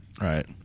right